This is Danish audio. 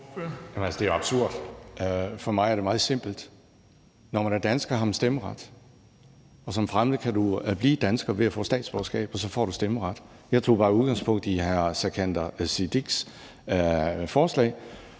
det er jo absurd. For mig er det meget simpelt: Når man er dansker, har man stemmeret, og som fremmed kan du blive dansker ved at få statsborgerskab, og så får du stemmeret. Jeg tog bare udgangspunkt i hr. Sikandar Siddiques forslag